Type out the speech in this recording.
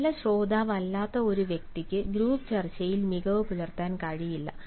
നല്ല ശ്രോതാവല്ലാത്ത ഒരു വ്യക്തിക്ക് ഗ്രൂപ്പ് ചർച്ചയിൽ മികവ് പുലർത്താൻ കഴിയില്ല